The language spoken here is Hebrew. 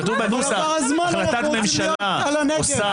עבר הזמן, אנחנו רוצים להיות בדיון על הנגב.